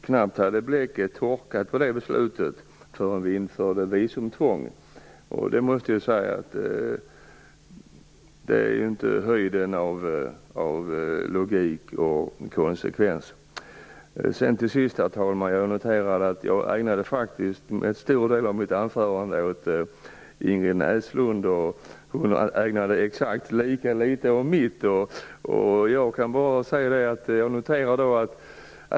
Knappt hade bläcket på det beslutet torkat förrän vi införde visumtvång. Jag måste säga att det inte är höjden av logik och konsekvens. Till sist, herr talman, ägnade jag faktiskt en stor del av mitt anförande åt Ingrid Näslunds anförande, medan hon inte ägnade sig mycket åt mitt.